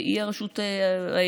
היא הרשות העליונה.